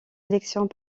élections